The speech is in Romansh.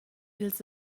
ils